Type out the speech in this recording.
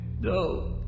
No